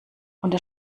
unter